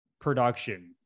production